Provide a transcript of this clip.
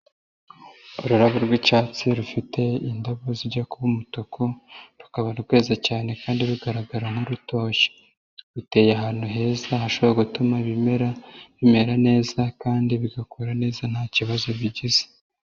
Ururabo r'icyatsi rufite indabo zijya kuba umutuku, rukaba rweze cyane kandi rugaragara nk'urutoshye. Ruteye ahantu heza hashobora gutuma ibimera bimera neza kandi bigakura neza ntakibazo bigize.